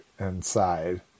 inside